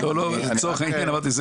התכוונתי רק לצורך הדוגמה.